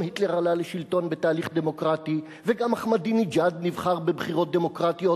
היטלר עלה לשלטון בתהליך דמוקרטי וגם אחמדינג'אד נבחר בבחירות דמוקרטיות.